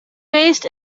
based